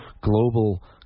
global